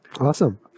Awesome